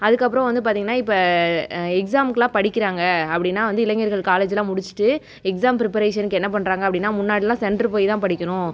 அதுக்கப்புறம் வந்து பார்த்தீங்னா இப்ப எக்ஸாம்கெலாம் படிக்கிறாங்க அப்படினா வந்து இளைஞர்கள் காலேஜ்ஜெலாம் முடிச்சுட்டு எக்ஸாம் ப்ரிப்பரேஷன்க்கு என்ன பண்ணுறாங்க அப்படினா முன்னாடியெலாம் சென்ட்டர் போய்தான் படிக்கணும்